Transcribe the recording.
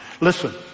Listen